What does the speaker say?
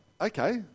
okay